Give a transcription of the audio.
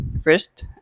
first